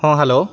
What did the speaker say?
ହଁ ହ୍ୟାଲୋ